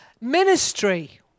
Ministry